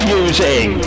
using